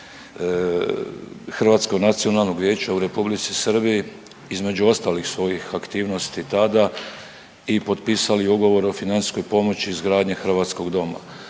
Hrvatskog nacionalnog vijeća u R. Srbiji između ostalih svojih aktivnosti tada i potpisali ugovor o financijskoj pomoći izgradnje Hrvatskog doma.